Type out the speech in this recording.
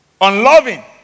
unloving